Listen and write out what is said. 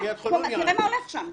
תראה מה הולך שם.